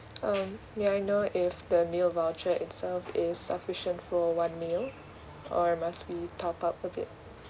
um may I know if the meal voucher itself is sufficient for one meal or must be top up a bit